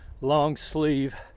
long-sleeve